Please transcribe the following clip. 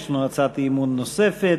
יש לנו הצעת אי-אמון נוספת,